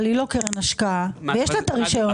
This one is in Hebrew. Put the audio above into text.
היא לא קרן השקעה ויש לה את הרישיון הדומה.